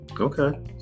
okay